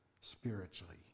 spiritually